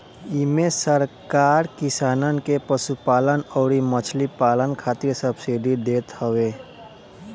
इमे सरकार किसानन के पशुपालन अउरी मछरी पालन खातिर सब्सिडी देत हवे